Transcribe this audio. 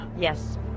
Yes